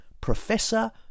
Professor